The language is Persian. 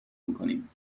میکنیم